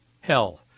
hell